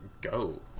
go